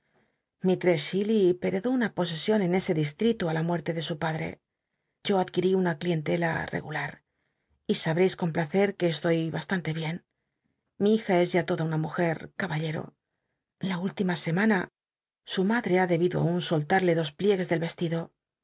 wstress chillil hcredó una poscsion en ese distrito i la muerte de su padr e yo adquirí una clientela regular y sabrcis con placer que esloy baslantc bien ili hija es ya toda una mujer e tballero la última semmia su ma hc ha debido aun solla de dos pliegues del